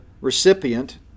recipient